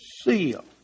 seal